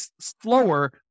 slower